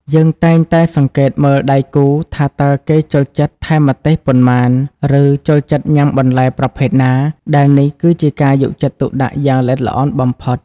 យើងតែងតែសង្កេតមើលដៃគូថាតើគេចូលចិត្តថែមម្ទេសប៉ុន្មាន ឬចូលចិត្តញ៉ាំបន្លែប្រភេទណា ដែលនេះគឺជាការយកចិត្តទុកដាក់យ៉ាងល្អិតល្អន់បំផុត។